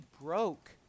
broke